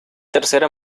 tercera